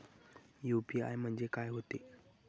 UPI म्हणजे का होते?